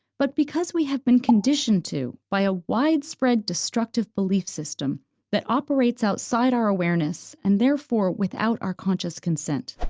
but because we have been conditioned to, by a widespread, destructive belief system that operates outside our awareness and therefore without our conscious consent.